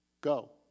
Go